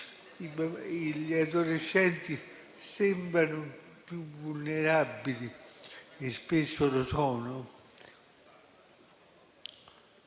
gli adolescenti sembrano più vulnerabili e spesso lo sono.